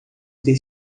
ter